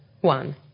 one